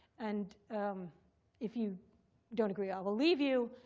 and if you don't agree, i will leave you.